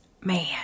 man